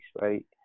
right